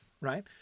right